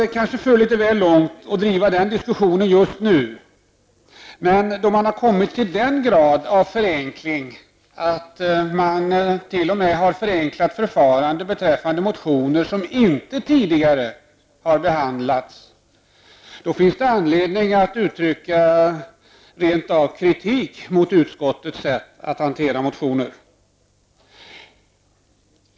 Det kanske för litet väl långt att driva den diskussionen just nu. Men då man har kommit till den graden av förenkling att man t.o.m. tillämpar ett förenklat förfarande beträffande motioner som inte tidigare har behandlats, finns det anledning att uttrycka rent av kritik mot utskottets sätt att hantera motioner.